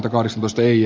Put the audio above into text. äänestin ei